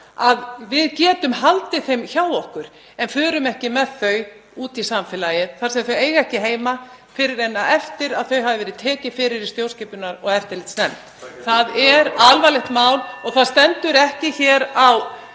trúnaðargögn, haldið þeim hjá okkur en förum ekki með þau út í samfélagið þar sem þau eiga ekki heima fyrr en eftir að þau hafa verið tekin fyrir í stjórnskipunar- og eftirlitsnefnd. Það er alvarlegt mál ef svo er ekki.